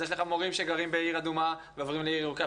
אז יש לך מורים שגרים בעיר אדומה ועוברים לעיר ירוקה,